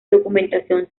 documentación